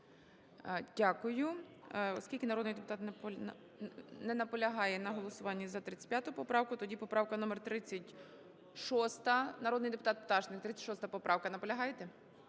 Дякую. Оскільки народний депутат не наполягає на голосуванні за 35 поправку, тоді поправка номер 36. Народний депутат Пташник. 36 поправка. Наполягаєте?